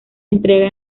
entrega